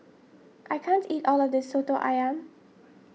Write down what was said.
I can't eat all of this Soto Ayam